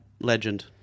legend